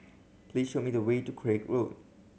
please show me the way to Craig Road